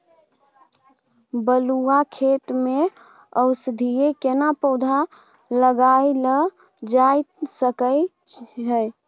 बलुआ खेत में औषधीय केना पौधा लगायल जा सकै ये?